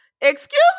Excuse